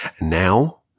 Now